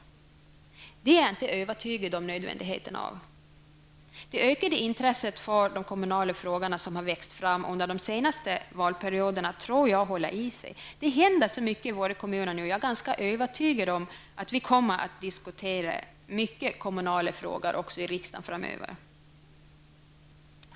Jag är inte övertygad om nödvändigheten av det. Det ökade intresset för de kommunala frågorna som har växt fram under de senaste valperioderna tror jag håller i sig. De händer så mycket i våra kommuner nu, och jag är ganska övertygad om att vi kommer att diskutera de kommunala frågorna mycket i riksdagen framöver.